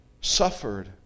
Suffered